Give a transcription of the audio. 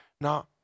now